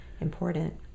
important